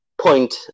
point